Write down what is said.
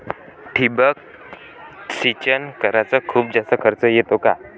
ठिबक सिंचन कराच खूप जास्त खर्च येतो का?